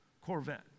Corvette